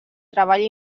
treball